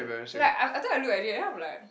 like a~ after I look at it then I'm like